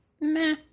meh